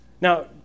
Now